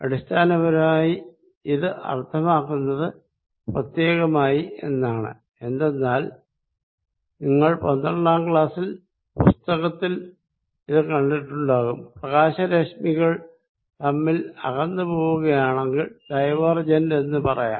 അടിസ്ഥാനപരമായി ഇത് അർത്ഥമാക്കുന്നത് പ്രത്യേകമായി എന്നാണ് എന്തെന്നാൽ നിങ്ങൾ 12 ആം ക്ളാസ് പുസ്തകത്തിൽ ഇത് കണ്ടിട്ടുണ്ടാകും പ്രകാശരശ്മികൾ തമ്മിൽ അകന്നു പോകുകയാണെങ്കിൽ ഡൈവേർജന്റ് എന്ന് പറയാം